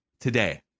Today